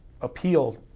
Appeal